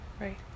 Right